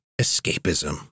escapism